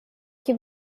que